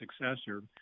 successor